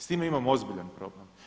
S time imam ozbiljan problem.